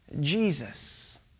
Jesus